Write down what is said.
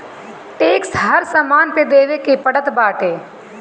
tax हर सामान पे देवे के पड़त बाटे